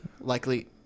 likely